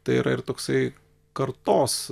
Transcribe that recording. tai yra ir toksai kartos